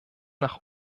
nach